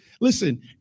Listen